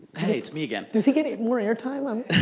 hey, it's me again. does he get more air time? um